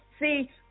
See